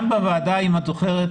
אם את זוכרת,